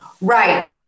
Right